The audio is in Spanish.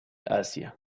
asia